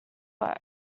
work